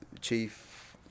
Chief